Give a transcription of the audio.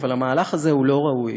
אבל המהלך הזה הוא לא ראוי.